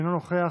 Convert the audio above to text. אינו נוכח,